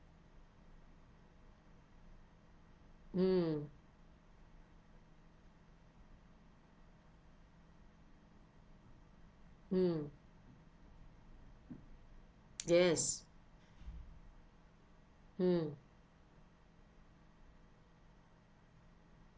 mm mm yes mm